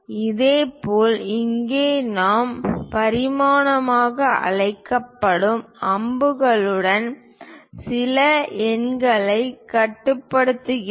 இதேபோல் இங்கே நாம் பரிமாணமாக அழைக்கப்படும் அம்புகளுடன் சில எண்களைக் காட்டுகிறோம்